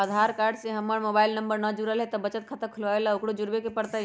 आधार card से हमर mobile number न जुरल है त बचत खाता खुलवा ला उकरो जुड़बे के पड़तई?